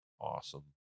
awesome